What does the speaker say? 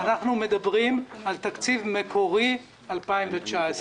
אנחנו מדברים על תקציב מקורי 2019,